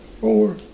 Four